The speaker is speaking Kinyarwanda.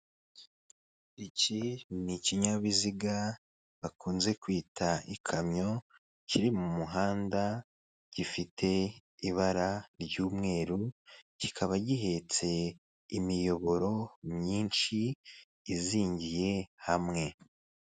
Iki ni ikinyabiziga bakunze kwita ikamyo kiri mu muhanda gifite ibara ry'umweru kikaba gihetse imiyoboro myinshi izingiye hamwe.